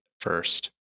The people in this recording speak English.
First